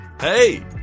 Hey